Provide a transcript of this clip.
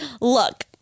look